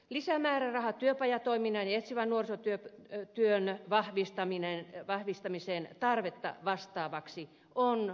lisämääräraha työpajatoiminnan ja etsivän nuorisotyön vahvistamiseen tarvetta vastaavaksi on tärkeä